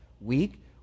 weak